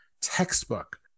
textbook